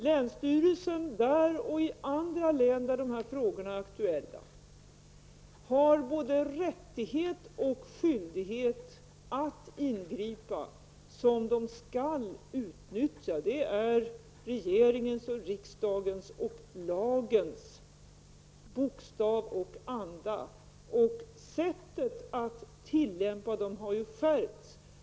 Länsstyrelsen i detta län, och i andra län där dessa frågor är aktuella, har både en rättighet och en skyldighet att ingripa, och det är en möjlighet som de skall utnyttja. Det är regeringens, riksdagens och lagens bokstav och anda. Tillämpningen av lagen har skärpts.